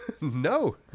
No